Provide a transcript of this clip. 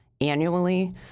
annually